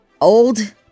old